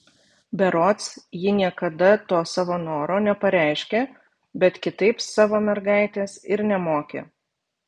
berods ji niekada to savo noro nepareiškė bet kitaip savo mergaitės ir nemokė